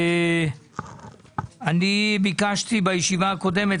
אני ביקשתי בישיבה הקודמת,